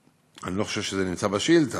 אני לא חושב שזה נמצא בשאילתה.